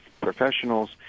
Professionals